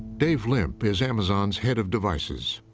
dave limp is amazon's head of devices.